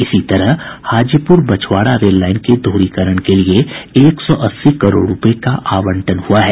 इसी तरह Hajipur Bachhwara rail line के दोहरीकरण के लिए एक सौ अस्सी करोड़ रूपये का आवंटन हुआ है